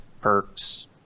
Perks